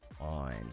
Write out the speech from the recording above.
on